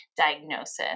diagnosis